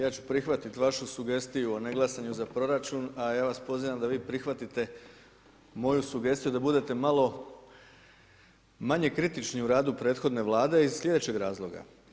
Ja ću prihvatiti vašu sugestiju a ne glasanje za proračun, a ja vas pozivam da vi prihvatite moju sugestiju da budete malo manje kritiči u radu prethodne vlade iz sljedećeg razloga.